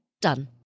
Done